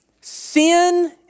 Sin